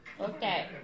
Okay